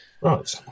Right